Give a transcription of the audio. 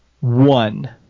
One